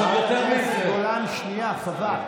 עכשיו, יותר מזה, חברת הכנסת גולן, שנייה, חבל.